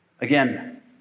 Again